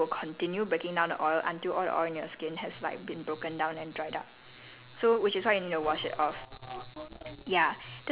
ya so that's why you should never leave makeup removers on your skin because they will continue breaking down the oil until all the oil in your skin has like been broken down and dried up